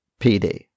PD